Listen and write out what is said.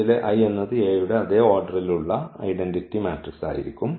ഇതിലെ എന്നത് A യുടെ അതേ ഓർഡറിൽ ഉള്ള ഐഡന്റിറ്റി മാട്രിക്സ് ആയിരിക്കും